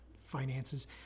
finances